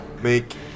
Make